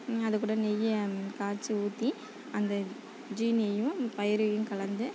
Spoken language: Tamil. அதுக்கூட நெய்யை காய்ச்சி ஊற்றி அந்த ஜீனியையும் பயிறையும் கலந்து